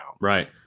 Right